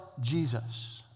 Jesus